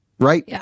right